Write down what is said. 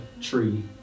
tree